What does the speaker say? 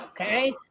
Okay